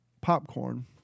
popcorn